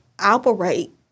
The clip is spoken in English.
operate